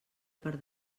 per